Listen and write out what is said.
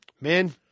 Men